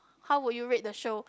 how would you rate the show